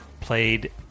played